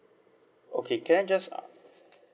okay can I just uh